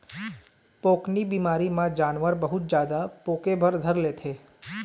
पोकनी बिमारी म जानवर बहुत जादा पोके बर धर लेथे